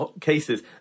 cases